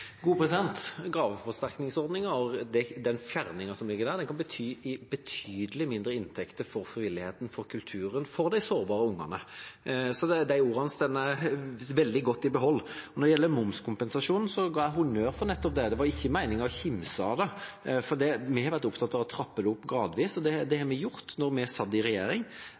kan bety betydelig færre inntekter for frivilligheten, for kulturen og for de sårbare ungene. Så de ordene har jeg veldig godt i behold. Når det gjelder momskompensasjon, ga jeg honnør for nettopp den. Det var ikke meningen å kimse av den. Vi har vært opptatt av å trappe den opp gradvis, og det gjorde vi da vi satt i regjering.